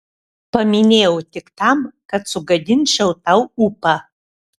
paminėjau tik tam kad sugadinčiau tau ūpą